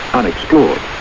unexplored